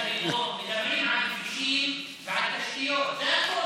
מדברים על כבישים ועל תשתיות, זה הכול.